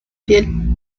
piel